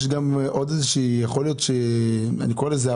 אלא יכול להיות שיש עוד אני קורא לזה כך